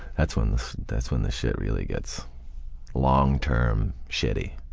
that's when that's when the shit really gets long-term shitty.